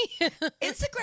Instagram